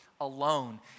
alone